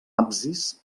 absis